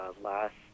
last